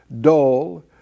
dull